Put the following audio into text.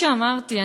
כפי שאמרתי,